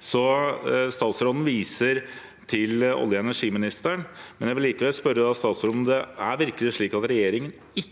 Statsråden viser til olje- og energiministeren. Jeg vil likevel spørre statsråden om det virkelig er slik at regjeringen ikke